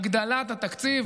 הגדלת התקציב,